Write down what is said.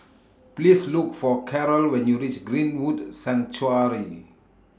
Please Look For Karol when YOU REACH Greenwood Sanctuary